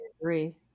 agree